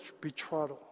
betrothed